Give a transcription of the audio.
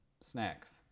snacks